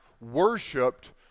worshipped